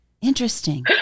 Interesting